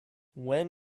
when